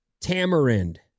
Tamarind